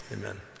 Amen